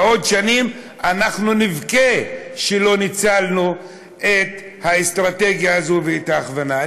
בעוד שנים אנחנו נבכה שלא ניצלנו את האסטרטגיה הזו ואת ההכוונה.